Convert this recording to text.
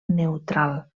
neutral